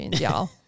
y'all